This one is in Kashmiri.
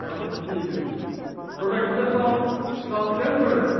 آچھا ٹھیٖک حظ پرٛوڈَکٹ چھےٚ صافٕے صافٕے چھِ حظ پرٛوڈَکٹ